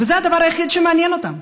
זה הדבר היחיד שמעניין אותם,